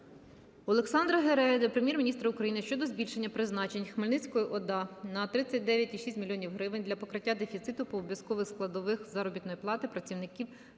Олександра Гереги до Прем'єр-міністра України щодо збільшення призначень Хмельницькій ОДА на 39,6 мільйона гривень для покриття дефіциту по обов'язкових складових заробітної плати працівників